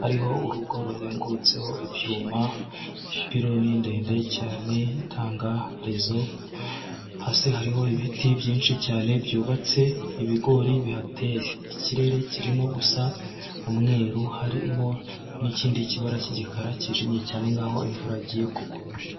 hariho urugo ruzengutseho ibyuma ipironi ndende cyane itanga rezo, hasi hariho ibiti byinshi cyane byubatse, ibigori bihateye, ikirere kirimo gusa umweru harimo n'ikindi kibara cy'igikara cyijimye cyane nkaho imvura igiye kugwa.